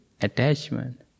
attachment